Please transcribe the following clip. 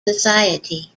society